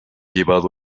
llevado